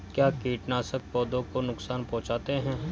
क्या कीटनाशक पौधों को नुकसान पहुँचाते हैं?